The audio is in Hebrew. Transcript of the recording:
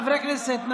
חברי הכנסת,